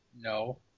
No